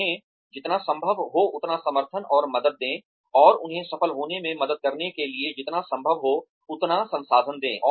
उन्हें जितना संभव हो उतना समर्थन और मदद दें और उन्हें सफल होने में मदद करने के लिए जितना संभव हो उतना संसाधन दें